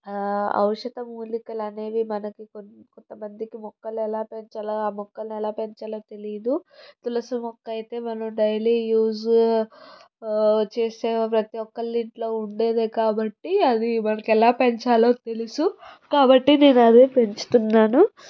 ఔషధ మూలికలు అనేవి మనకి కొంత మందికి మొక్కలు ఎలా పెంచాలో ఆ మొక్కలు ఎలా పెంచాలో తెలియదు తులసి మొక్క అయితే మనం డైలీ యూజ్ ఆ చేసే ప్రతి ఒక్కరి ఇంట్లో ఉండేదే కాబట్టి అది మనకి ఎలా పెంచాలో తెలుసు కాబట్టి నేను అదే పెంచుతున్నాను